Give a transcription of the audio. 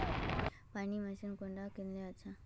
पानी मशीन कुंडा किनले अच्छा?